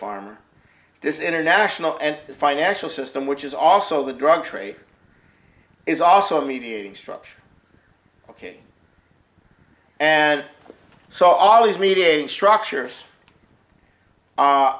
farm this international and the financial system which is also the drug trade is also mediating structure ok and so all these mediating structures